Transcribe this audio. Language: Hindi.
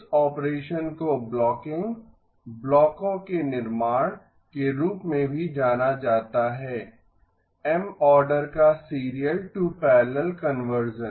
इस ऑपरेशन को ब्लॉकिंग ब्लॉको के निर्माण के रूप में भी जाना जाता है M ऑर्डर का सीरियल टू पैरलल कन्वर्ज़न